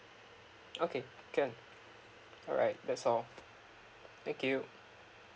okay can alright that's all thank you